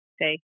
say